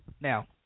now